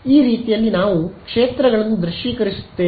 ಈ ರೀತಿಯಲ್ಲಿ ನಾವು ಕ್ಷೇತ್ರಗಳನ್ನು ದೃಶ್ಯೀಕರಿಸುತ್ತೇವೆ